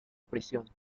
prisión